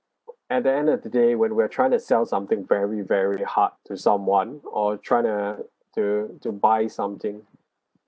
at the end of the day when we're trying to sell something very very hard to someone or try to to to buy something